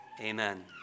Amen